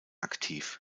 aktiv